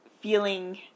feeling